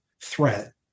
threat